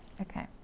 okay